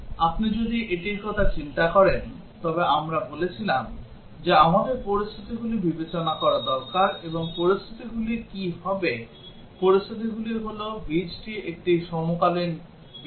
আপনি যদি এটির কথা চিন্তা করেন তবে আমরা বলেছিলাম যে আমাদের পরিস্থিতিগুলি বিবেচনা করা দরকার এবং পরিস্থিতিগুলি কী হবে পরিস্থিতিগুলি হল বীজটি একটি সমকালীন বীজ